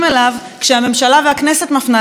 כשהממשלה והכנסת מפנות להם עורף,